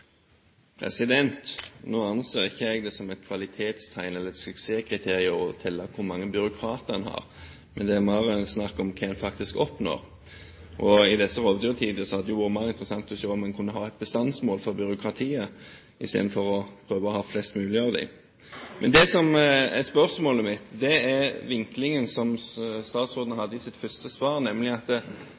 Nå anser ikke jeg det som et kvalitetstegn eller et suksesskriterium å telle hvor mange byråkrater en har. Det er mer snakk om hva en faktisk oppnår. I disse rovdyrtider hadde det vært mer interessant å se om en kunne ha et bestandsmål for byråkratiet, istedenfor å prøve å ha flest mulig av dem. Men det som er spørsmålet mitt, er vinklingen som statsråden hadde i sitt første svar, nemlig at